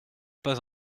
pas